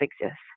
exists